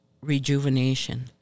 rejuvenation